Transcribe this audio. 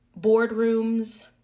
boardrooms